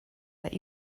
that